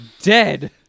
dead